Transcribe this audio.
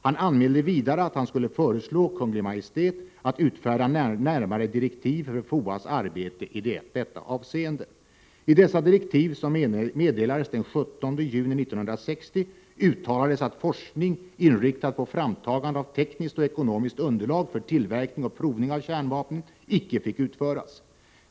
Han anmälde vidare att han skulle föreslå Kungl. Maj:t att utfärda närmare direktiv för FOA: s arbete i detta avseende. I dessa direktiv, som meddelades den 17 juni 1960, uttalades att forskning, inriktad på framtagande av tekniskt och ekonomiskt underlag för tillverkning och provning av kärnvapen, icke fick utföras.